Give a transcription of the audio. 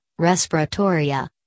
respiratoria